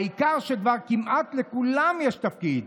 העיקר שכבר כמעט לכולם יש תפקיד.